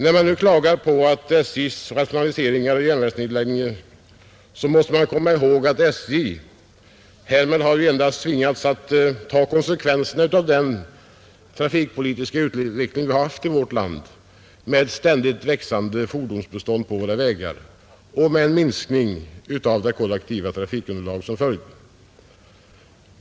När man klagar på SJ:s rationaliseringar och järnvägsnedläggningar måste man komma ihåg att SJ endast tvingats ta konsekvenserna av den trafikpolitiska utveckling som vi har haft i vårt land med ett ständigt växande fordonsbestånd på vägarna och en minskning av det kollektiva trafikunderlaget som följd.